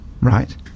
Right